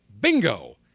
Bingo